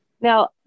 Now